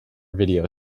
video